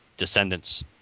descendants